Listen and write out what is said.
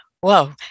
Whoa